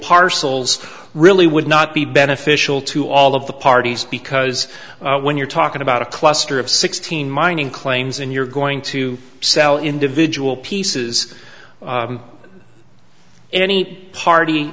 parcels really would not be beneficial to all of the parties because when you're talking about a cluster of sixteen mining claims and you're going to sell individual pieces any party